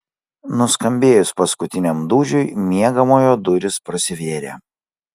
nuskambėjus paskutiniam dūžiui miegamojo durys prasivėrė